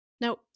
Now